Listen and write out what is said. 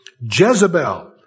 Jezebel